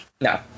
No